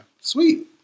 Sweet